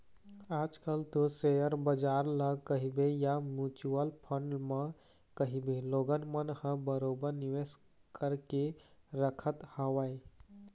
आज कल तो सेयर बजार ल कहिबे या म्युचुअल फंड म कहिबे लोगन मन ह बरोबर निवेश करके रखत हवय